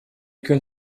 kunt